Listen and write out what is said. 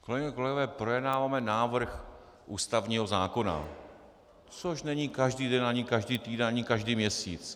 Kolegyně a kolegové, projednáváme návrh ústavního zákona, což není každý den ani každý týden ani každý měsíc.